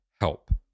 help